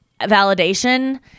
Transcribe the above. validation